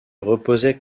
reposaient